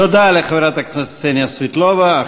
תודה לחבר הכנסת קסניה סבטלובה.